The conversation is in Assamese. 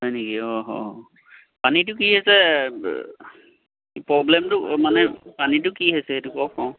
হয় নেকি অঁ হ পানীটো কি হৈছে প্ৰব্লেমটো মানে পানীটো কি হৈছে সেইটো কওক অঁ